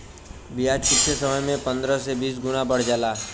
बियाज कुच्छे समय मे पन्द्रह से बीस गुना बढ़ जाला